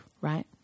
right